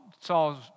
Saul